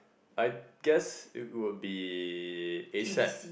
I guess it would be asap